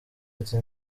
ati